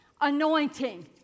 Anointing